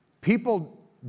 People